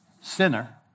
sinner